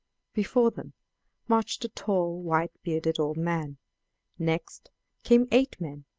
before them marched a tall white-bearded old man next came eight men,